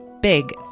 big